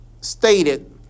stated